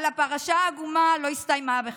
אבל הפרשה העגומה לא הסתיימה בכך.